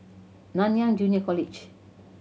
Nanyang Junior College